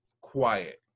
quiet